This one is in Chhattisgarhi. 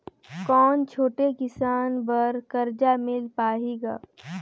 कौन छोटे किसान बर कर्जा मिल पाही ग?